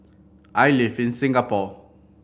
I live in Singapore